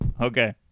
Okay